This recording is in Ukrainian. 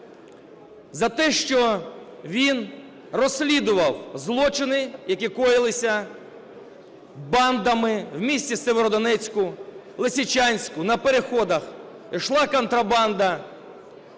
за те, що він розслідував злочини, які коїлися бандами в місті Сєвєродонецьку, Лисичанську – на переходах йшла контрабанда,